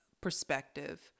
perspective